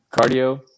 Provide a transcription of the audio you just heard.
cardio